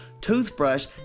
toothbrush